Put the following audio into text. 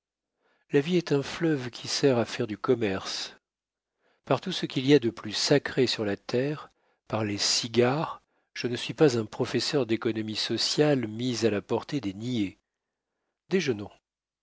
la vie est un fleuve qui sert à faire du commerce par tout ce qu'il y a de plus sacré sur la terre par les cigares je ne suis pas un professeur d'économie sociale mise à la portée des niais déjeunons